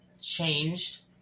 changed